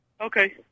Okay